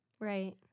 Right